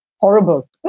Horrible